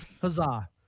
Huzzah